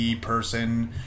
person